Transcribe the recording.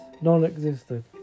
non-existent